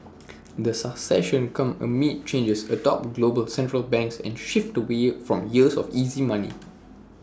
the succession comes amid changes atop global central banks and shift away from years of easy money